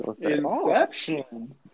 Inception